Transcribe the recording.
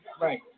Right